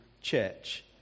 church